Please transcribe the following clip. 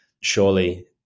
surely